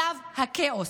שלב הכאוס.